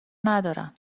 ندارم